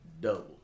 double